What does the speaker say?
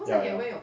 ya ya